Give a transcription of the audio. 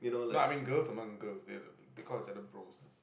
no I mean girls among girls they are they call each other bros